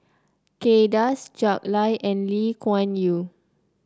Kay Das Jack Lai and Lee Kuan Yew